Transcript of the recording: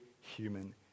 human